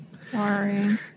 Sorry